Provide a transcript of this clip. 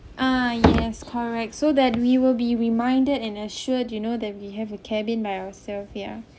ah yes correct so that we will be reminded and assured you know that we have a cabin by ourselves ya